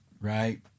right